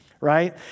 Right